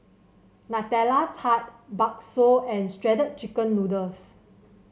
Nutella Tart bakso and Shredded Chicken Noodles